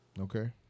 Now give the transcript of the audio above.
Okay